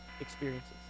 experiences